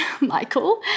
Michael